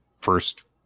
first